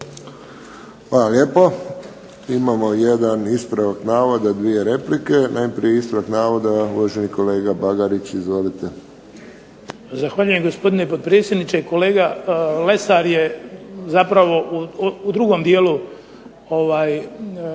Hvala lijepo. Imamo jedan ispravak navoda i dvije replike. Najprije ispravak navoda uvaženi kolega Bagarić. Izvolite. **Bagarić, Ivan (HDZ)** Zahvaljujem gospodine potpredsjedniče. Kolega Lesar je zapravo u drugom dijelu